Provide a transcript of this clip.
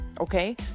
okay